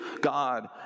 God